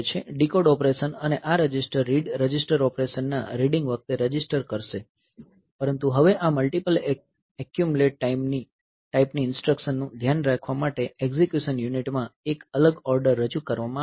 decode operation અને આ register read register operation ના રીડિંગ વખતે રજિસ્ટર કરશે પરંતુ હવે આ મલ્ટીપલ એક્યુમલેટ ટાઈપની ઇન્સટ્રકશન નું ધ્યાન રાખવા માટે એક્ઝેક્યુશન યુનિટ માં એક અલગ ઍડર રજૂ કરવામાં આવ્યો છે